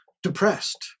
depressed